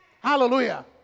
Hallelujah